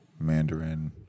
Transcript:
Mandarin